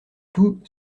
tout